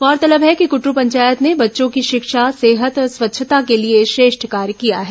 गौरतलब है कि कुटरु पंचायत ने बच्चों की शिक्षा सेहत और स्वच्छता के लिए श्रेष्ठ कार्य किया है